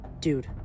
Dude